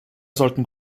sollten